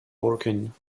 working